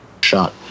shot